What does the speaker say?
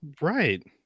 Right